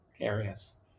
areas